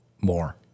more